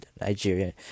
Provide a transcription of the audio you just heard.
Nigeria